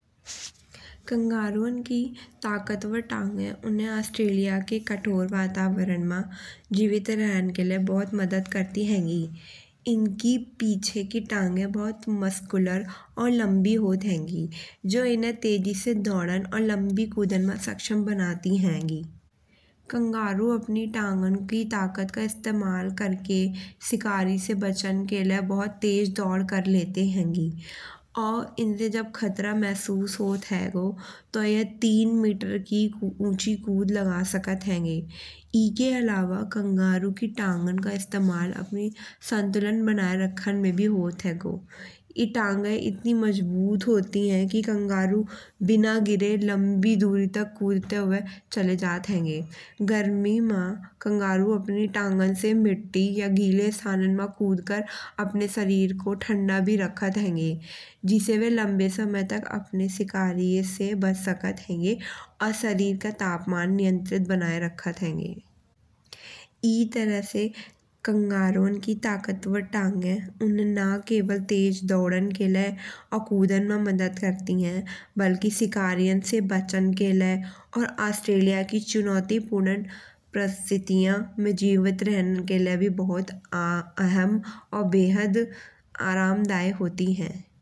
कंगारू की तागतवर टांगे उन्हें ऑस्ट्रेलिया की कठोर वातावरण मा जीवित रहन के लये बहुत मदद करती हेंगी। इनकी पीछे की टांगे बहुत मस्कुलर और लम्बी होत हेंगी। जो इन्हें तेजी से दौड़न और लम्बी कूदान मा सक्षम बनाती हेंगी। कंगारू अपनी टांगन की तागत का इस्तेमाल करके शिकारी से बचन के लये बहुत तेज दौड़ कर लेते हेंगी। और इन्हें जब खतरा महसूस होत हेगो तो यह तीन मीटर की ऊँची कूंद लगा सकत हेंगे। एके अलावा कंगारू की टांगन को इस्तेमाल अपनी संतुलन बनाये रखन में भी होत हेगो। ई टांगे इतनी मजबूत होती हैं कि कंगारू बिना गिरे लम्बी दूरी तक कूदते हुये चले जात हेंगे। गरमी मा कंगारू अपनी टांगन से मिट्टी या गीले स्थान मा कून्द कर अपने शरीर को ठंडा भी राखत हेंगे। जिसे बे लम्बे समय तक अपने शिकारी से बच सकत हेंगे। और शरीर का तापमान नियन्त्रित बनाये राखत हेंगे। ई तरह से कंगारू की तागत और टांगे उन्हे ना केवल तेज दौड़न के लये और कूदान मा मदद करती हैं। बल्कि शिकारी से बचन के लये और ऑस्ट्रेलिया की चुनौतीपूर्ण परिस्थितियां में जीवित रहन के लये भी बहुत अहम और बेहद आरामदायक होती हैं।